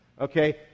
Okay